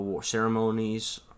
ceremonies